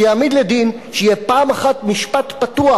שיעמיד לדין, שיהיה פעם אחת משפט פתוח.